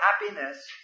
happiness